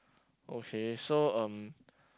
okay so um